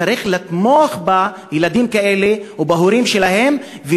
וצריך לתמוך בילדים כאלה ובהורים שלהם,